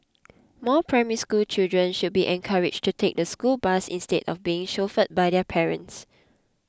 more Primary School children should be encouraged to take the school bus instead of being chauffeured by their parents